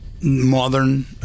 modern